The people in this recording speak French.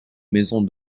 maison